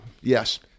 yes